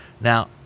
Now